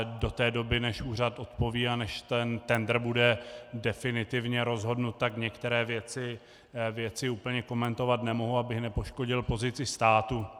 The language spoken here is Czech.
Do té doby, než úřad odpoví a než ten tendr bude definitivně rozhodnut, tak některé věci úplně komentovat nemohu, abych nepoškodil pozici státu.